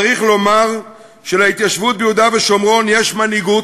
צריך לומר שלהתיישבות ביהודה ושומרון יש מנהיגות,